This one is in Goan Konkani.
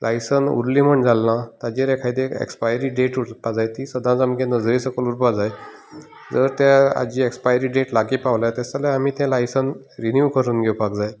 लायसेंस उरली म्हूण जालना ताजेर एकादें एक्पायरी डेट उरपा जाय ती सदांच आमगें नजरे सकयल उरपा जाय जर त्या हाची एक्सपायरी डेट लागी पावल्या तस जाल्यार आमी तें लायसेंस रिनीव करून घेवपाक जाय